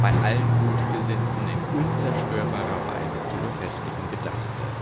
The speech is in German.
bei allen gutgesinnten in unzerstörbarer weise zu befestigen gedachte